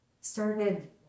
started